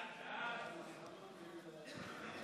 הכותרת לא הפכה